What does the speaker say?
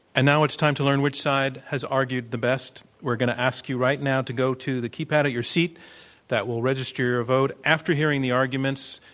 and now it's time to learn which side has argued the best. we're going to ask you right now to go to the keypad at your seat that will register your vote after hearing the arguments.